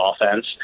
offense